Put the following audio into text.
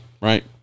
right